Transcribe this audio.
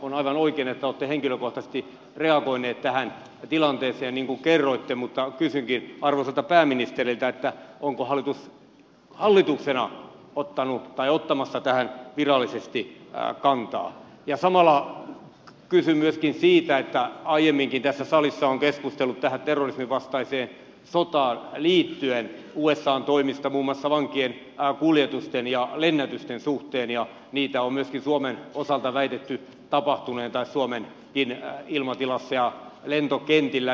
on aivan oikein että olette henkilökohtaisesti reagoinut tähän tilanteeseen niin kuin kerroitte mutta kysynkin arvoisalta pääministeriltä onko hallitus hallituksena ottamassa tähän virallisesti kantaa ja samalla kysyn myöskin siitä että aiemminkin tässä salissa on keskusteltu tähän terrorismin vastaiseen sotaan liittyen usan toimista muun muassa vankien kuljetusten ja lennätysten suhteen ja niitä on myyty suomen osalta väitetty tapahtuneentää suomen suomenkin ilmatilassa ja lentokentillä väitetty tapahtuneen